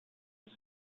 its